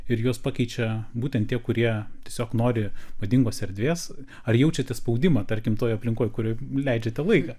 ir juos pakeičia būtent tie kurie tiesiog nori madingos erdvės ar jaučiate spaudimą tarkim toje aplinkoje kurioje leidžiate laiką